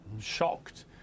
shocked